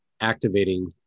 activating